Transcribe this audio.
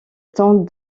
tente